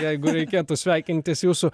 jeigu reikėtų sveikintis jūsų